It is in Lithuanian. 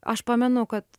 aš pamenu kad